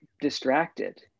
distracted